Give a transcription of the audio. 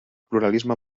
pluralisme